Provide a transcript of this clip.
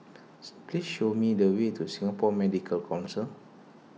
please show me the way to Singapore Medical Council